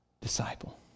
disciple